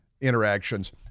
interactions